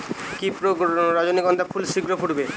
কি প্রয়োগে রজনীগন্ধা ফুল শিঘ্র ফুটবে?